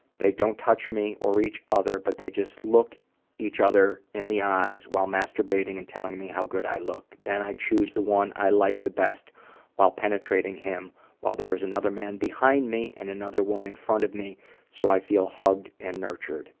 they don't touch me or each other. but they just look each other in the eye while masturbating and telling me how good i look. then i choose the one i like the best while penetrating him while there is another man behind me and another one in front of me so i feel hugged and nurtured